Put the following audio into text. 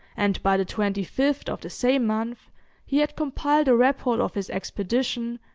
and by the twenty fifth of the same month he had compiled a report of his expedition,